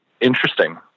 interesting